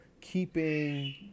keeping